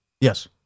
Yes